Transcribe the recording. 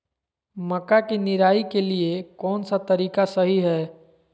मक्का के निराई के लिए कौन सा तरीका सही है?